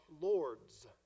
Lord's